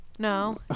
No